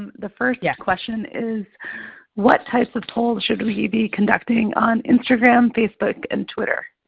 the first yeah question is what type of polls should we be conducting on instagram, facebook, and twitter?